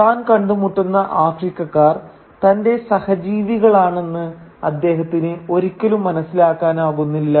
താൻ കണ്ടുമുട്ടുന്ന ആഫ്രിക്കക്കാർ തന്റെ സഹജീവികളാണെന്ന് അദ്ദേഹത്തിന് ഒരിക്കലും മനസ്സിലാക്കാനാകുന്നില്ല